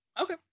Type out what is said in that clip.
Okay